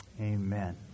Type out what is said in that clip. Amen